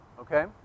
Okay